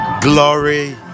glory